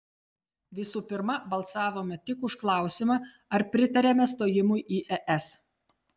visų pirma balsavome tik už klausimą ar pritariame stojimui į es